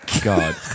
God